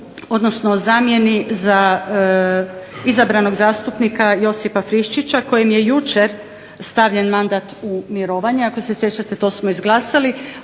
odnosno zamjeni za izabranog zastupnika Josipa Friščića kojem je jučer stavljen mandat u mirovanje, to smo izglasali,